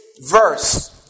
verse